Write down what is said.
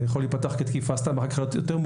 זה יכול להיפתח כתקיפה סתם ואחר כך להחמיר,